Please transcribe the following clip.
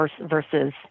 versus